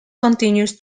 continues